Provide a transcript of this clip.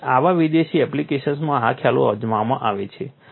તેથી આવા વિદેશી એપ્લિકેશન્સમાં આ ખ્યાલો અજમાવવામાં આવે છે